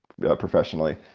professionally